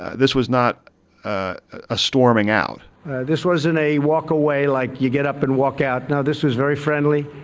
this was not a storming out this wasn't a walk-away like you get up and walk out. no, this was very friendly.